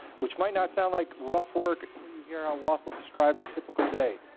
which might not sound like rough work until you hear how wassel described a typical day.